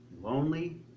lonely